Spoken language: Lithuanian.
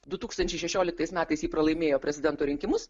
du tūkstančiai šešioliktais metais ji pralaimėjo prezidento rinkimus